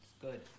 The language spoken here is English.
good